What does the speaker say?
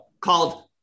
called